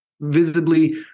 visibly